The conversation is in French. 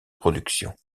production